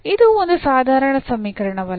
ಇದು ಒಂದು ಸಾಧಾರಣ ಸಮೀಕರಣವಲ್ಲ